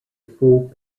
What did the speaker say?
full